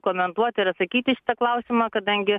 komentuot ir atsakyt į šitą klausimą kadangi